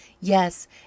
Yes